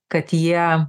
kad jie